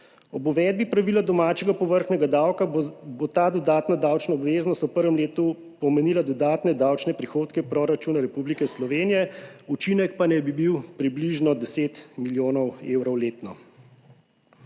Ob uvedbi pravila domačega povrhnjega davka, bo ta dodatna davčna obveznost v prvem letu pomenila dodatne davčne prihodke proračuna Republike Slovenije, učinek pa naj bi bil približno 10 milijonov evrov letno.